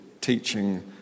teaching